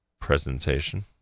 presentation